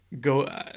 go